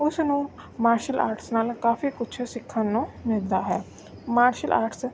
ਉਸ ਨੂੰ martial arts ਨਾਲ ਕਾਫੀ ਕੁਛ ਸਿੱਖਣ ਨੂੰ ਮਿਲਦਾ ਹੈ ਮਾਰਸ਼ਲ ਆਰਟਸ